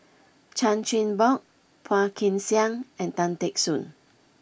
Chan Chin Bock Phua Kin Siang and Tan Teck Soon